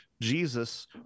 Jesus